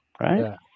Right